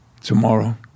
Tomorrow